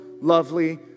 lovely